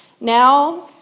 Now